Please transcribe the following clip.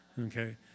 okay